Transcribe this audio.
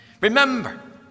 Remember